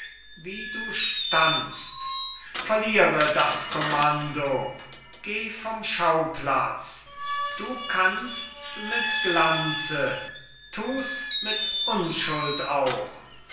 wie du standst verliere das kommando geh vom schauplatz du kannsts mit glanze tus mit unschuld auch